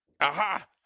Aha